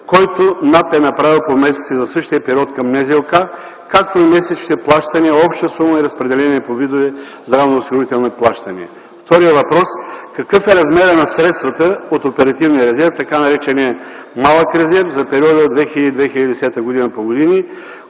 който НАП е направила по месеци за същия период към НЗОК, както и месечните плащания, обща сума и разпределение по видове здравноосигурителни плащания? Вторият въпрос: какъв е размерът на средствата от оперативния резерв, така нареченият малък резерв, за периода 2000 2010 г. – по години?